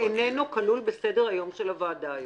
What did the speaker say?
אינו כלול בסדר-היום של הוועדה היום.